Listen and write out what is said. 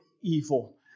evil